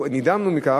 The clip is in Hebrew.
נדהמנו ממנו,